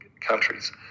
countries